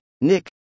Nick